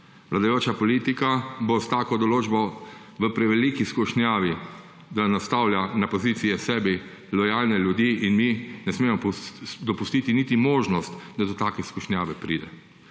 Vladajoča politika bo s tako določbo v preveliki skušnjavi, da nastavlja na pozicije sebi lojalne ljudi. Mi ne smemo dopustiti niti možnost, da do take skušnjave pride.